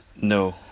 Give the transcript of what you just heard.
no